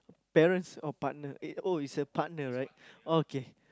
parents or partner eh oh it's a partner right okay